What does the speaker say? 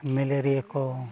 malaria